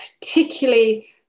particularly